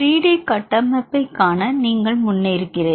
3D கட்டமைப்பைக் காண நீங்கள் முன்னேறுவீர்கள்